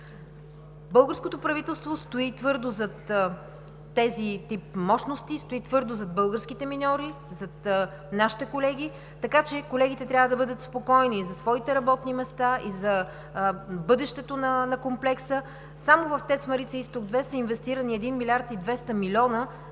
Българското правителство стои твърдо зад този тип мощности, стои твърдо зад българските миньори, зад нашите колеги, така че колегите трябва да бъдат спокойни за своите работни места и за бъдещето на комплекса. Само в ТЕЦ „Марица изток 2“ са инвестирани 1 милиард 200 милиона